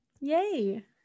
yay